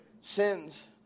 sins